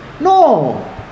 No